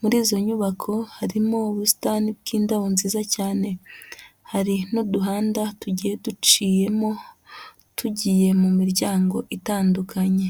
muri izo nyubako harimo ubusitani bw'indabo nziza cyane, hari n'uduhanda tugiye duciyemo, tugiye mu miryango itandukanye.